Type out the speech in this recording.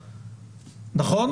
נכון?